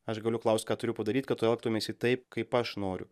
aš galiu klaust ką turiu padaryt kad tu elgtumeisi taip kaip aš noriu